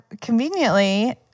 Conveniently